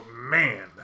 man